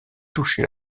touché